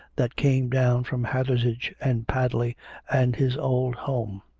that came down from hathersage and padley and his old home.